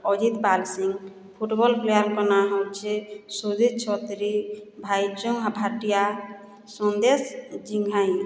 Ajit Palsingh football ପ୍ଲେୟାର୍ଙ୍କ ନାଁ ହେଉଛେଁ ସୁନିଲ ଛତ୍ରି ଭାଇଚୁଙ୍ଗ ଭାଟିଆ ସନ୍ଦେଶ ଜିଁଘାଇ